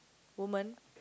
woman